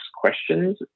questions